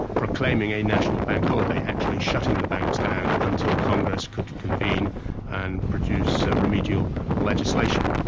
proclaiming a national bank holiday, actually shutting the banks down until congress could convene and produce remedial legislation.